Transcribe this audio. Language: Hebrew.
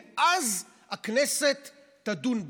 ואז הכנסת תדון בזה.